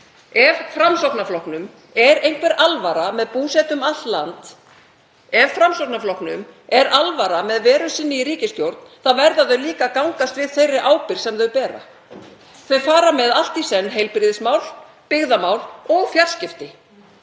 Ef Framsóknarflokknum er einhver alvara með búsetu um allt land, ef Framsóknarflokknum er alvara með veru sinni í ríkisstjórn, þá verða þau líka að gangast við þeirri ábyrgð sem þau bera. Þau fara með allt í senn heilbrigðismál, byggðamál og fjarskipti.